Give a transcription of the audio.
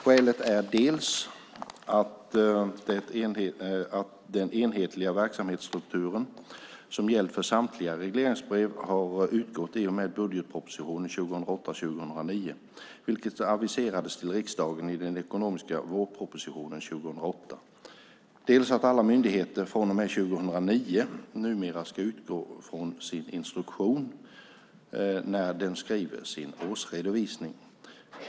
Skälet är dels att den enhetliga verksamhetsstrukturen, som gällt för samtliga regleringsbrev, har utgått i och med budgetpropositionen 2008/09, vilket aviserades till riksdagen i den ekonomiska vårpropositionen 2008, dels att alla myndigheter från och med 2009 numera ska utgå från sin instruktion när de skriver sin årsredovisning.